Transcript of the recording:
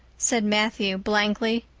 said matthew blankly.